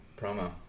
promo